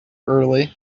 early